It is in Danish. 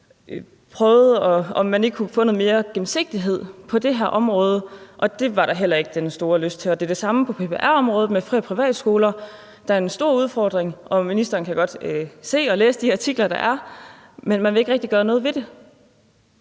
høre, om man ikke kunne få noget mere gennemsigtighed på det her område. Det var der heller ikke den store lyst til, og det er det samme på PPR-området med fri- og privatskoler, der er en stor udfordring. Ministeren kan godt se og læse de artikler, der er, men man vil ikke rigtig gøre noget ved det.